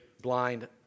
blind